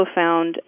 found